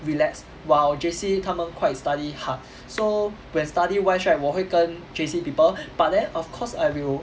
relaxed while J_C 他们 quite study hard so when study wise right 我会跟 J_C people but then of course I will